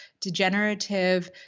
degenerative